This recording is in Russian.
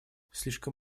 слишком